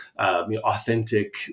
authentic